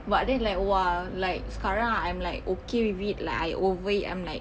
but then like !wah! like sekarang I'm like okay with it like I over it I'm like